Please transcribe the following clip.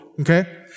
Okay